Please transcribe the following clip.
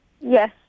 yes